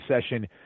session